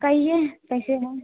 कहिए कैसे हैं